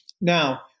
Now